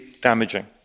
damaging